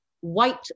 white